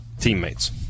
teammates